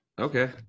Okay